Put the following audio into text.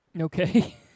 Okay